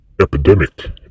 epidemic